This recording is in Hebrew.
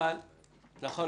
לכן,